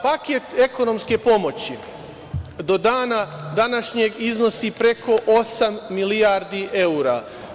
Paket ekonomske pomoći do dana današnjeg iznosi preko osam milijardi evra.